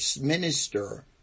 minister